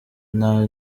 nta